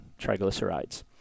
triglycerides